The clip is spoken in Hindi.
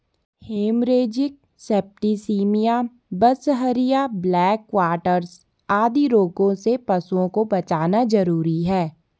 हेमरेजिक सेप्टिसिमिया, बिसहरिया, ब्लैक क्वाटर्स आदि रोगों से पशुओं को बचाना जरूरी है